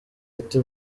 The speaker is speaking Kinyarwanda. ati